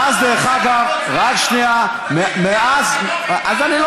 מאז, דרך אגב, מה ראשי התיבות של בית"ר?